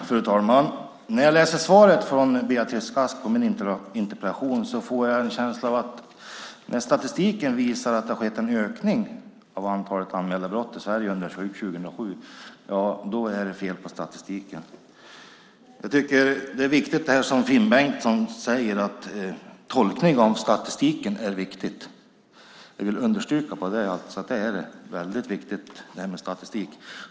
Fru talman! När jag läste svaret från Beatrice Ask på min interpellation fick jag en känsla av att när statistiken visade att det har skett en ökning av antalet anmälda brott i Sverige under 2007, ja, då är det fel på statistiken. Jag tycker att det är viktigt, det som Finn Bengtsson säger: Tolkning av statistiken är viktigt. Jag vill understryka att det är det. Det är väldigt viktigt, det här med statistik.